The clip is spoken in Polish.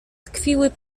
tkwiły